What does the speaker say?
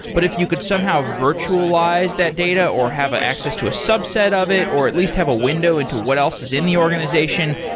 but if you could somehow virtualize that data, or have access to a subset of it, or at least have a window into what else is in the organization,